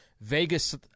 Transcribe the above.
Vegas